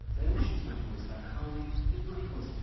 they always use that voice, that calming, hypnotic voice.